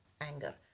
anger